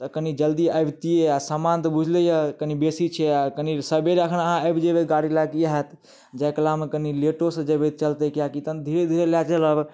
तऽ कनी जल्दी अबतियै आ समान तऽ बुझलेयऽ कनी बेसी छियै आ कनी सबेर एखन अहाँ आबि जयबै गाड़ी लएके ई होएत जाइ कलामे कनि लेटोसँ जयबै तऽ चलतै किएकि तब धीरे धीरे लए चलब